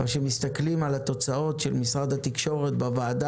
אבל כשמסתכלים על התוצאות של משרד התקשורת בוועדה